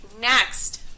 Next